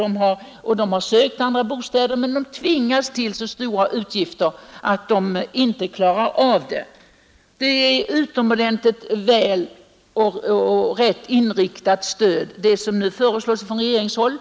De jobbar och de har sökt billigare bostäder, men de tvingas till större utgifter än de klarar. Bostadstillägget är ett utomordentligt väl inriktat stöd som det nu föreslås från regeringshåll.